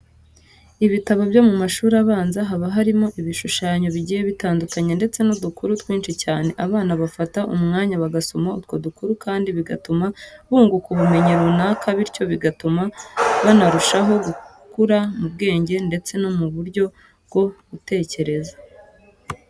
Ibitabo byo mu mashuri abanza haba harimo ibishushanyo bigiye bitandukanye ndetse n'udukuru twinshi cyane. Abana bafata umwanya bagasoma utwo dukuru kandi bigatuma bunguka ubumenyi runaka bityo bigatuma banarushaho gukura mu bwenge ndetse no mu buryo bwo gutekereza.